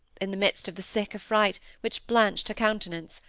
in the midst of the sick affright which blanched her countenance,